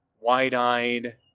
wide-eyed